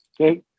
okay